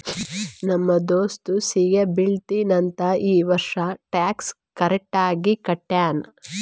ನಮ್ ದೋಸ್ತ ಸಿಗಿ ಬೀಳ್ತಾನ್ ಅಂತ್ ಈ ವರ್ಷ ಟ್ಯಾಕ್ಸ್ ಕರೆಕ್ಟ್ ಆಗಿ ಕಟ್ಯಾನ್